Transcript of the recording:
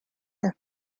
have